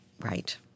Right